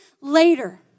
later